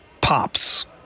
pops